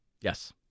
Yes